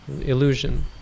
illusion